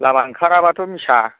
लामा ओंखाराब्लाथ' मिसा